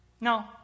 No